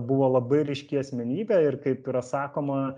buvo labai ryški asmenybė ir kaip yra sakoma